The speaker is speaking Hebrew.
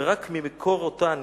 ורק ממקור אותה הנפש,